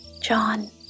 John